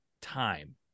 time